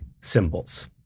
symbols